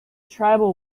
tribal